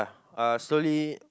uh slowly